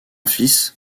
fils